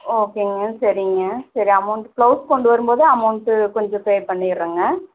ஓகேங்க சரிங்க சரி அமௌன்ட்டு ப்லௌஸ் கொண்டு வரும் போது அமௌன்ட்டு கொஞ்சம் பே பண்ணிடுறேங்க